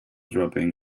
dropping